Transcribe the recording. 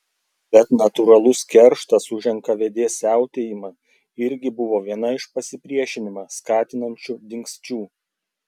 bet natūralus kerštas už nkvd siautėjimą irgi buvo viena iš pasipriešinimą skatinančių dingsčių